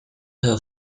her